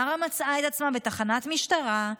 מארה מצאה את עצמה בתחנת משטרה,